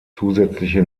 zusätzliche